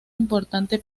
importante